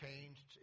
changed